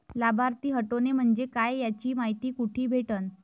लाभार्थी हटोने म्हंजे काय याची मायती कुठी भेटन?